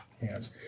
hands